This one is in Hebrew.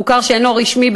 מוכר שאינו רשמי,